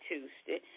Tuesday